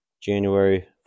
January